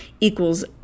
equals